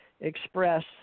express